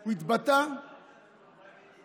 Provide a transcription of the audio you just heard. הוא התבטא והשווה,